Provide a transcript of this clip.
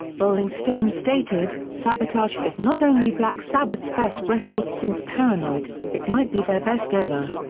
rolling stone stated, sabotage is not only black sabbath's best record since paranoid, it might be their best ever.